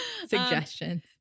suggestions